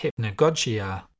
hypnagogia